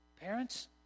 Parents